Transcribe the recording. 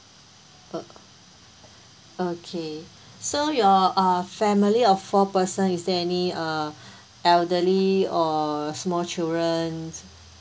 uh okay so your uh family of four person is there any uh elderly or small children